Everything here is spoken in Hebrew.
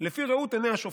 לפי ראות עיני השופט.